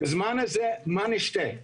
בזמן הזה מה נשתה?